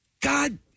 God